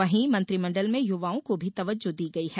वहीं मंत्रिमंडल में युवाओं को भी तवज्जो दी गई है